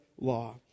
law